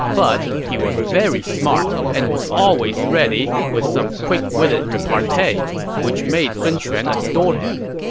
but he was very smart and was always ready with some quick-witted repartee, which made sun quan adore him.